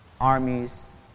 armies